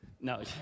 No